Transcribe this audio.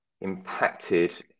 impacted